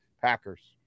Packers